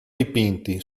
dipinti